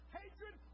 hatred